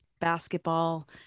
basketball